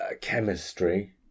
chemistry